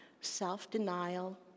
self-denial